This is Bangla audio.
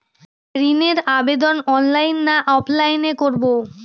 ঋণের আবেদন অনলাইন না অফলাইনে করব?